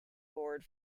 board